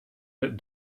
bit